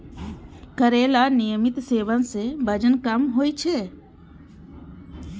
करैलाक नियमित सेवन सं वजन कम होइ छै